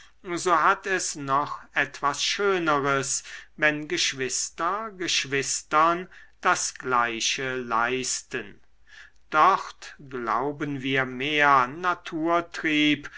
so hat es noch etwas schöneres wenn geschwister geschwistern das gleiche leisten dort glauben wir mehr naturtrieb